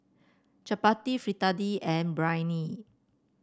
Chapati Fritada and Biryani